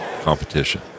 competition